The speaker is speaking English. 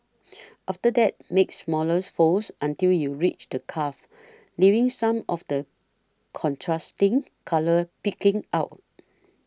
after that make smaller folds until you reach the cuff leaving some of the contrasting colour peeking out